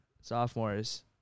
sophomores